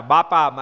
Bapa